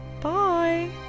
bye